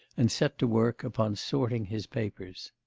and set to work upon sorting his papers.